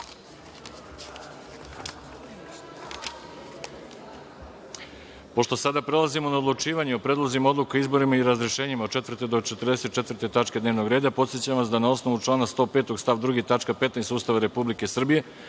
sada prelazimo na odlučivanje o Predlozima odluka o izborima i razrešenjima od 4. do 44. tačke dnevnog reda, podsećam vas da na osnovu člana 105. stav 2. tačka 15. Ustava Republike Srbije,